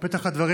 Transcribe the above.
בפתח הדברים,